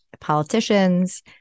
politicians